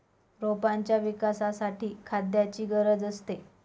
रोपांच्या विकासासाठी खाद्याची गरज असते